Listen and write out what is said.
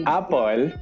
Apple